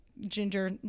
ginger